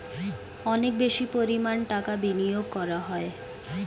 অনেক বেশি পরিমাণ টাকা বিনিয়োগ করা হয়